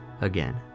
again